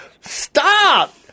Stop